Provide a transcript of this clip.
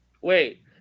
Wait